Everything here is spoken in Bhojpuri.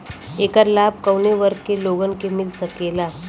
ऐकर लाभ काउने वर्ग के लोगन के मिल सकेला?